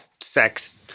sex